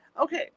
Okay